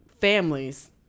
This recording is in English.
families